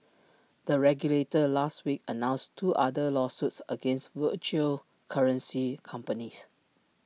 the regulator last week announced two other lawsuits against virtual currency companies